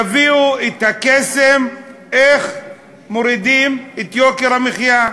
יביאו את הקסם, איך מורידים את יוקר המחיה,